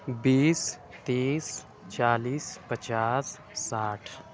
بیس تیس چالیس پچاس ساٹھ